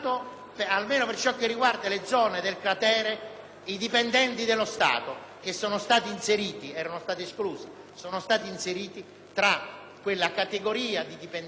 i dipendenti dello Stato che precedentemente erano stati esclusi e poi sono stati inseriti in quella categoria di dipendenti che potevano usufruire della sospensione.